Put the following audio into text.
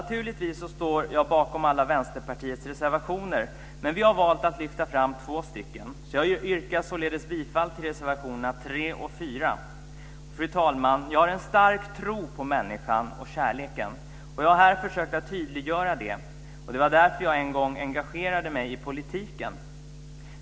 Naturligtvis står jag bakom alla Vänsterpartiets reservationer, men vi har valt att lyfta fram två stycken. Jag yrkar således bifall till reservationerna 3 och 4. Fru talman! Jag har en stark tro på människan och kärleken. Jag har här försökt att tydliggöra det. Det var därför jag en gång engagerade mig i politiken.